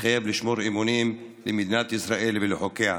מתחייב לשמור אמונים למדינת ישראל ולחוקיה,